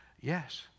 Yes